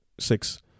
Six